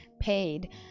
paid